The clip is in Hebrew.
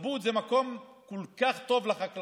זבוד זה מקום כל כך טוב לחקלאות,